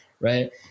right